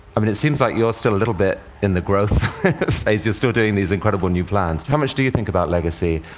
i mean, it seems like you're still a little bit in the growth phases, you're still doing these incredible new plans. how much do you think about legacy,